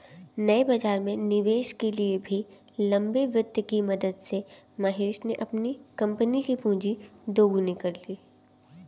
नए बाज़ार में निवेश के लिए भी लंबे वित्त की मदद से महेश ने अपनी कम्पनी कि पूँजी दोगुनी कर ली